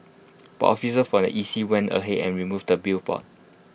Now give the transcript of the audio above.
but officers from the E C went ahead and removed the billboard